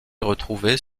retrouvées